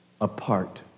apart